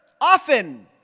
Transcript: often